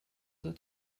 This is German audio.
oder